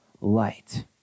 light